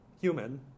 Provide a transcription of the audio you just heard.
human